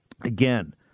Again